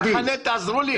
מתחנן תעזרו לי,